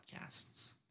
podcasts